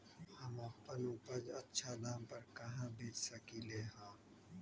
हम अपन उपज अच्छा दाम पर कहाँ बेच सकीले ह?